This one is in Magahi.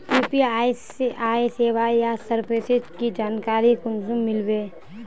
यु.पी.आई सेवाएँ या सर्विसेज की जानकारी कुंसम मिलबे?